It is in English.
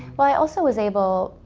well, i also was able,